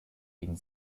ihnen